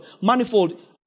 Manifold